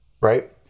right